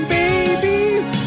babies